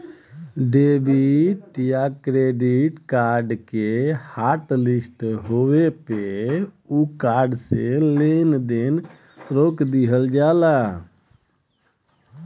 debit या credit card के hotlist होये पे उ कार्ड से लेन देन रोक दिहल जाला